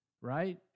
right